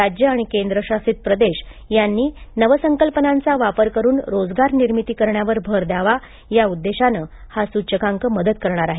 राज्य आणि केंद्रशासित प्रदेश यांनी नवसंकल्पांचा वापर करुन रोजगार निर्मिती करण्यावर भर द्यावा या उद्देशानं हा सुचकांक मदत करणार आहे